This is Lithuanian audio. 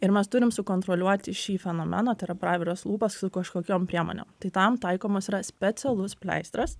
ir mes turim sukontroliuoti šį fenomeną tai yra praviros lūpos su kažkokiom priemonėm tai tam taikomas yra specialus pleistras